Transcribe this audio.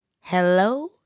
hello